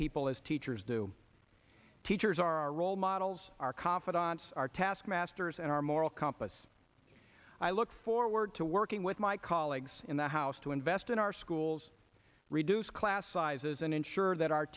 people as teachers do teachers are role models our confidence our taskmasters and our moral compass i look forward to working with my colleagues in the house to invest in our schools reduce class sizes and ensure that